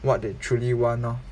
what they truly want lor